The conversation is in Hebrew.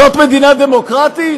זאת מדינה דמוקרטית?